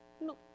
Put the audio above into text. No